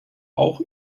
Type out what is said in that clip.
auch